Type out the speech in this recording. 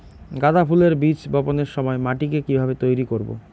গাদা ফুলের বীজ বপনের সময় মাটিকে কিভাবে তৈরি করব?